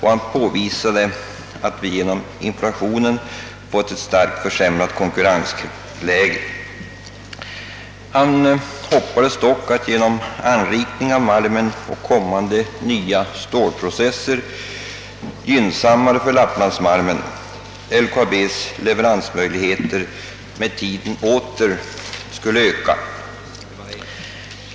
Han påvisade vidare att vi genom inflationen fått ett starkt försämrat konkurrensläge men hoppades att genom anrikning av malmen och kommande nya stålprocesser, gynnsammare för lapplandsmalmen, LKAB:s leveransmöjligheter med tiden åter skulle öka.